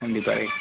கண்டிப்பாக